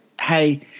hey –